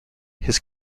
his